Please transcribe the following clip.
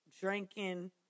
drinking